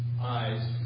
eyes